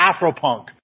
Afropunk